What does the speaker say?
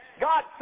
God